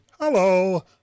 Hello